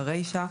ברישה,